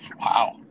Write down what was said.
Wow